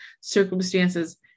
circumstances